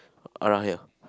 around here